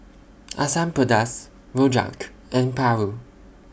Asam Pedas Rojak and Paru